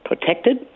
protected